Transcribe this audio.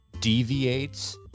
deviates